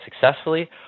successfully